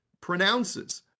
pronounces